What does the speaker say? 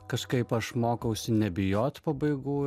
kažkaip aš mokausi nebijot pabaigų